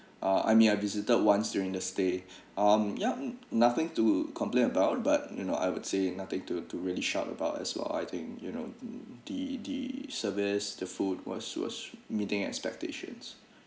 uh I mean I visited once during the stay um yup nothing to complain about but you know I would say nothing to to really short about as well I think you know mm the the service the food was was meeting expectations